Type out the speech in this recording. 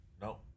No